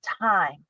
time